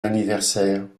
anniversaire